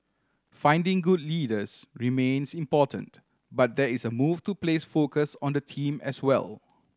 finding good leaders remains important but there is a move to place focus on the team as well